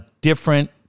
different